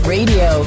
Radio